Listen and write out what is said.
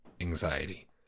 anxiety